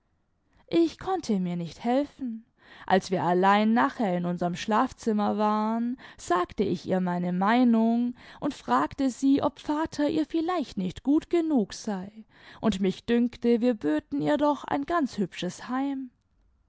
ich konnte nur nicht helfen als wir allein nachher in unserm schlafzimmer waren sagte ich ihr meine meinung und fragte sie ob vater ihr vielleicht nicht gut genug sei und mich dünkte wir böten ihr doch ein ganz hübsches heim